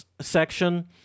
section